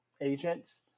agents